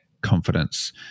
confidence